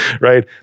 right